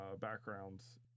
backgrounds